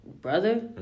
brother